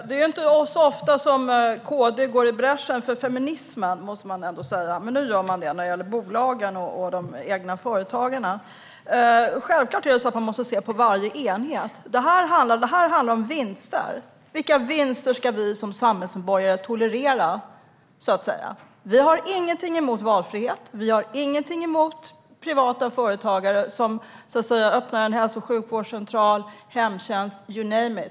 Det är inte ofta som KD går i bräschen för feminismen, men nu när det gäller bolagen och egenföretagarna gör man det. Självklart måste man se på varje enhet. Det här handlar om vinster, vilka vinster vi som samhällsmedborgare ska tolerera. Vi har ingenting emot valfrihet. Vi har ingenting emot privata företagare som öppnar hälso och vårdcentral, hemtjänst, you name it.